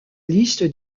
liste